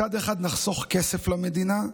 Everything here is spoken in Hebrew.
מצד אחד נחסוך כסף למדינה,